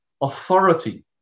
authority